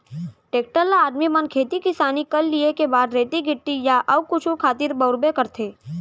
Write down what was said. tractor ल आदमी मन खेती किसानी कर लिये के बाद रेती गिट्टी या अउ कुछु खातिर बउरबे करथे